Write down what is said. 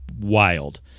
wild